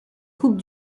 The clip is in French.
coupe